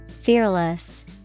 Fearless